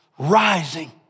Rising